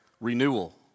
renewal